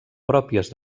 pròpies